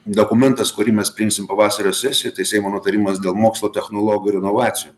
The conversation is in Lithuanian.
dokumentas kurį mes priimsim pavasario sesijoj tai seimo nutarimas dėl mokslo technologinių ir inovacijų